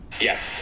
Yes